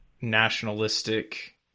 nationalistic